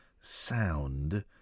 sound